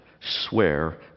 swear